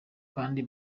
kandi